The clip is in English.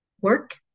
work